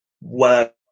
work